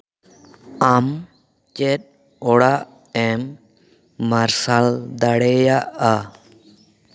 ᱟᱢ ᱪᱮᱫ ᱚᱲᱟᱜ ᱮᱢ ᱢᱟᱨᱥᱟᱞ ᱫᱟᱲᱮᱭᱟᱜᱼᱟ